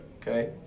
Okay